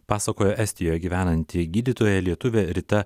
pasakojo estijoj gyvenanti gydytoja lietuvė rita